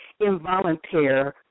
involuntary